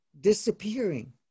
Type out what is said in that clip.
disappearing